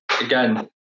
Again